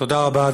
תודה רבה.